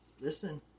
Listen